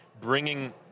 bringing